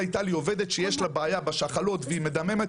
אתמול הייתה לי עובדת שיש לה בעיה בשחלות והיא מדממת,